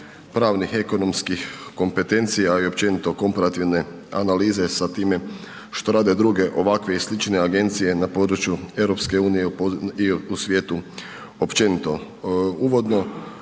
pravnih, ekonomskih kompetencija i općenito komparativne analize sa time što rade druge ovakve i slične agencije na području EU i u svijetu općenito. Uvodno,